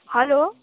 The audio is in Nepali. हेलो